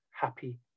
happy